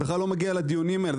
בכלל לא מגיע לדיונים האלה.